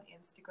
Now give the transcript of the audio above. instagram